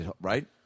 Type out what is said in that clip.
Right